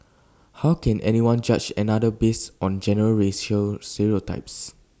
how can anyone judge another based on general racial stereotypes